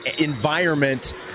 environment